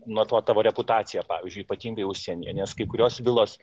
nuo to tavo reputacija pavyzdžiui ypatingai užsienyje nes kai kurios vilos